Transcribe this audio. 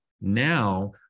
Now